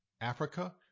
Africa